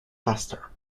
pastor